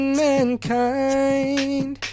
mankind